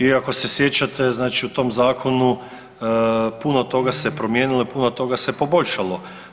I ako se sjećate znači u tom zakonu puno toga se promijenilo i puno toga se poboljšalo.